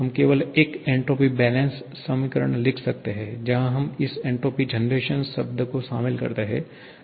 हम केवल एक एन्ट्रॉपी बैलेंस समीकरण लिख सकते हैं जहाँ हम इस एन्ट्रोपी जेनरेशन शब्द को शामिल करते हैं